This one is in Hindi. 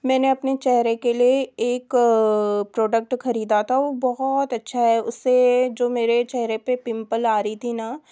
मैंने अपने चेहरे के लिए एक प्रोडक्ट ख़रीदा था वह बहुत अच्छा है उसे जो मेरे चेहरे पर पिम्पल आ रही थी न